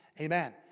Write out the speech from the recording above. Amen